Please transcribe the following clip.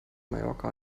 mallorca